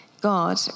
God